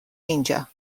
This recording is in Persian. اینجا